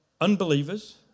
unbelievers